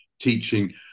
teaching